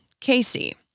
Casey